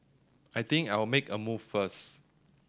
I think I'll make a move first